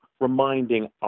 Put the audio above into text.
reminding